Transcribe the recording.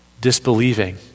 disbelieving